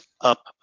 up